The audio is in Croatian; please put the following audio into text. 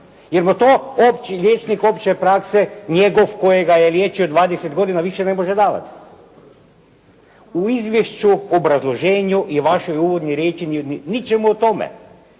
jer to opći liječnik opće prakse njegov koji ga je liječio 20 godina više ne može davati. U izvješću, obrazloženju i vašoj uvodnoj riječi ničemu o tome.